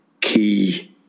key